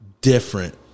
different